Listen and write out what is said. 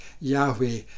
Yahweh